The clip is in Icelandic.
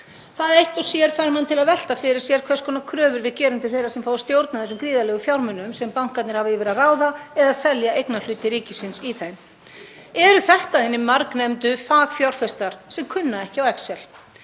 Það eitt og sér fær mann til að velta því fyrir sér hvers konar kröfur við gerum til þeirra sem fá að stjórna þeim gríðarlegu fjármunum sem bankarnir hafa yfir að ráða eða selja eignarhluti ríkisins í þeim. Eru þetta hinir margnefndu fagfjárfestar, sem kunna ekki á excel?